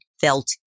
felt